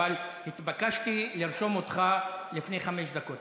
אבל התבקשתי לרשום אותך לפני חמש דקות.